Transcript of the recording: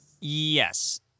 Yes